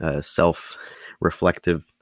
self-reflective